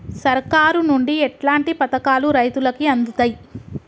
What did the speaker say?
సర్కారు నుండి ఎట్లాంటి పథకాలు రైతులకి అందుతయ్?